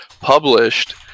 published